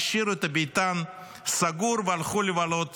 השאירו את הביתן סגור והלכו לבלות